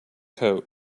coat